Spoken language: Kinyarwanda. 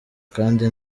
kandi